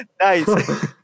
nice